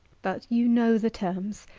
but you know the terms.